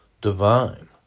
divine